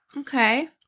Okay